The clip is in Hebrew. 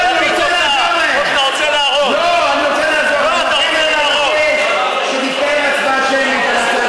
אז אני באמת רוצה לראות אתכם, השר חיים כץ,